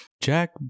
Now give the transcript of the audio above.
Jack